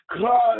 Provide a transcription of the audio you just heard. God